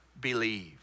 believe